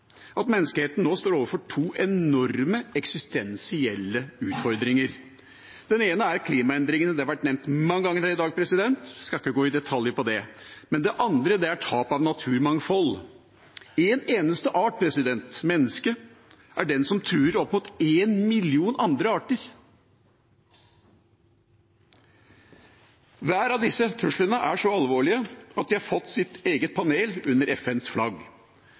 at menneskeheten nå står overfor to enorme eksistensielle utfordringer. Den ene er klimaendringene. Det har vært nevnt mange ganger her i dag, og jeg skal ikke gå i detaljer på det. Den andre er tap av naturmangfold. Én eneste art – mennesket – er den som truer opp mot en million andre arter. Hver av disse truslene er så alvorlige at de har fått sitt eget panel under FNs flagg.